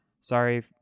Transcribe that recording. sorry